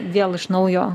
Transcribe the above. vėl iš naujo